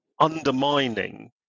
undermining